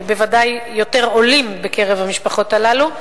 בוודאי יותר עולים בקרב המשפחות הללו,